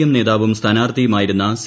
M നേതാവും സ്ഥാനാർത്ഥിയുമായിരുന്ന C